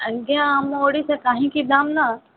ଆଜ୍ଞା ଆମ ଓଡ଼ିଶା କାହିଁକି ଦାମ ନା